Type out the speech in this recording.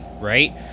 right